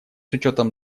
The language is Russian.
учетом